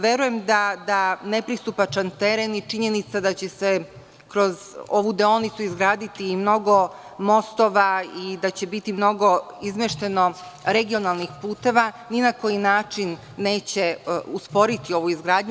Verujem da nepristupačan teren je činjenica da će se kroz ovu deonicu izgraditi i mnogo mostova, i da će biti mnogo izmešteno regionalnih puteva, ni na koji način neće usporiti ovu izgradnju.